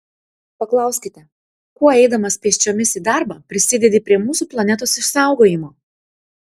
paklausite kuo eidamas pėsčiomis į darbą prisidedi prie mūsų planetos išsaugojimo